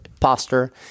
pastor